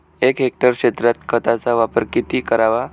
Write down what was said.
एक हेक्टर क्षेत्रात खताचा वापर किती करावा?